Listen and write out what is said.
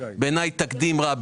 בעיניי תקדים רע,